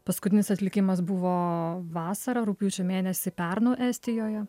paskutinis atlikimas buvo vasarą rugpjūčio mėnesį pernu estijoje